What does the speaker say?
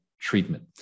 treatment